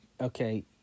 Okay